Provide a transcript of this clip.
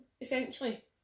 essentially